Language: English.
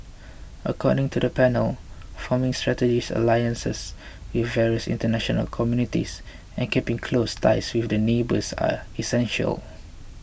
according to the panel forming strategic alliances with various international communities and keeping close ties with their neighbours are essential